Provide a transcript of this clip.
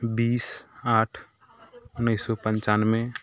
बीस आठ उनैस सओ पनचानवे